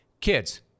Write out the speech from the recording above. Kids